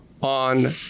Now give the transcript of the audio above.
on